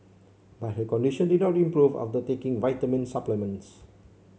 but her condition did not improve after taking vitamin supplements